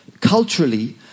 Culturally